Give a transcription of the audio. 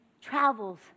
travels